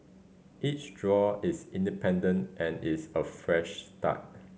each draw is independent and is a fresh start